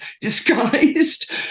disguised